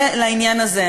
זה לעניין הזה.